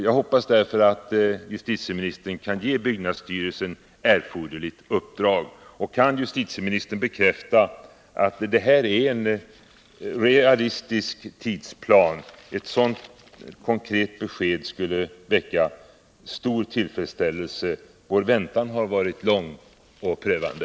Jag hoppas därför att justitieministern kan ge Om åtgärder mot byggnadsstyrelsen erforderligt uppdrag. missbruk avälko Kan justitieministern bekräfta att det här är en realistisk tidsplan, skulle ett oj sådant konkret besked väcka stor tillfredsställelse. Vår väntan har varit lång och prövande.